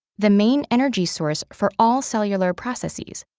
the main energy source for all cellular processes,